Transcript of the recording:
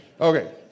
Okay